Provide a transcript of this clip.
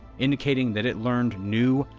indicating that it learned new,